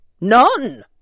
NONE